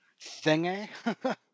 thingy